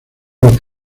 los